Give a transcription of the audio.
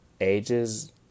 ages